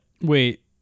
wait